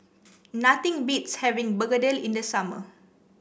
nothing beats having Begedil in the summer